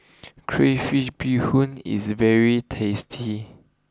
Crayfish BeeHoon is very tasty